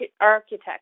architect